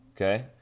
Okay